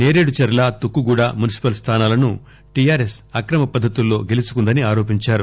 Seredcherla Tukkuguda municipal స్దానాలను టీఆర్ఎస్ అక్రమ పద్దతుల్లో గెలుచుకుందని ఆరోపించారు